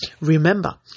Remember